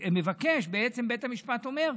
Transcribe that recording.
בעצם בית המשפט אומר: